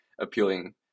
appealing